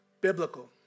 Biblical